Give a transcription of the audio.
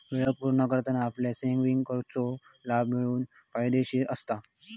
वेळेक पुर्ण करना आपल्या सेविंगवरचो लाभ मिळवूक फायदेशीर असता